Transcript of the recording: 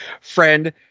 friend